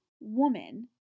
woman